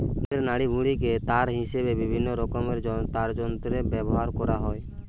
জীবের নাড়িভুঁড়িকে তার হিসাবে বিভিন্নরকমের তারযন্ত্রে ব্যাভার কোরা হয়